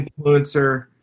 influencer